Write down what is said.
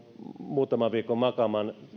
muutaman viikon makaamaan